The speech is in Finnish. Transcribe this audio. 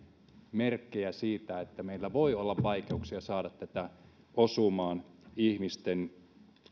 merkkejä siitä että meillä voi olla vaikeuksia saada tätä osumaan ihmisten